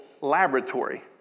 laboratory